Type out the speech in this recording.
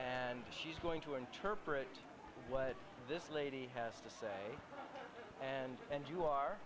and she's going to interpret what this lady has to say and and you are